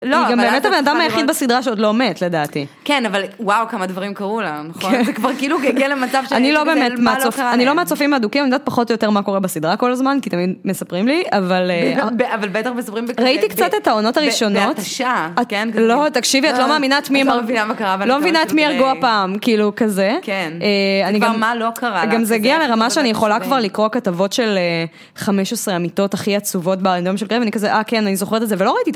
אני גם באמת הבן אדם היחיד בסדרה שעוד לא מת לדעתי. כן, אבל וואו כמה דברים קרו לה. זה כבר כאילו הגיע למצב ש... אני לא באמת מהצופים ההדוקים, אני יודעת פחות או יותר מה קורה בסדרה כל הזמן, כי תמיד מספרים לי, אבל... אבל בטח מספרים בהתשה. ראיתי קצת את העונות הראשונות. תקשיבי, את לא מאמינה את מי הרגו הפעם, כאילו כזה. כן, כבר מה לא קרה לה?. גם זה הגיע לרמה שאני יכולה כבר לקרוא כתבות של חמש עשרה המיתות הכי עצובות ב... ואני כזה, אה כן, אני זוכרת את זה, ולא ראיתי את זה.